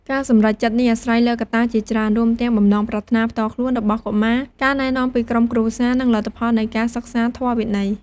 ការសម្រេចចិត្តនេះអាស្រ័យលើកត្តាជាច្រើន រួមទាំងបំណងប្រាថ្នាផ្ទាល់ខ្លួនរបស់កុមារ ការណែនាំពីក្រុមគ្រួសារ និងលទ្ធផលនៃការសិក្សាធម៌វិន័យ។